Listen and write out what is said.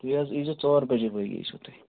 تُہۍ حظ یی زیٚو ژور بَجے بٲگۍ یی زیٚو تُہۍ